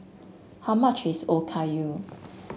how much is Okayu